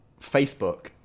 Facebook